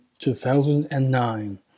2009